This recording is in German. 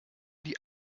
die